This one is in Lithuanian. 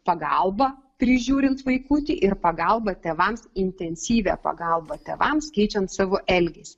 pagalbą prižiūrint vaikutį ir pagalba tėvams intensyvią pagalbą tėvams keičiant savo elgesį